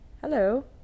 Hello